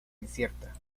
incierta